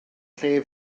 lle